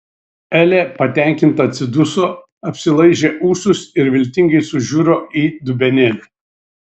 elė patenkinta atsiduso apsilaižė ūsus ir viltingai sužiuro į dubenėlį